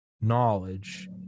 knowledge